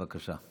בבקשה.